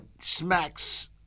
smacks